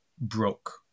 broke